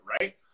right